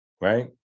right